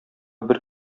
бер